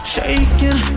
Shaking